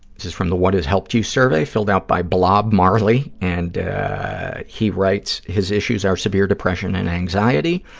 this is from the what has helped you survey, filled out by blob marley, and he writes his issues are severe depression and anxiety,